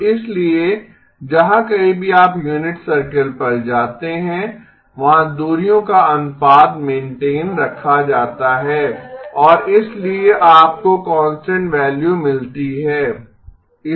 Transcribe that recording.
तो इसलिए जहां कहीं भी आप यूनिट सर्कल पर जाते हैं वहां दूरियों का अनुपात मेन्टेन रखा जाता है और इसलिए आपको कांस्टेंट वैल्यू मिलती है